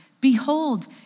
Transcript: Behold